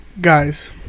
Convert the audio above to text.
guys